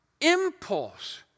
impulse